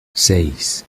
seis